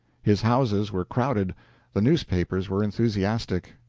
his houses were crowded the newspapers were enthusiastic.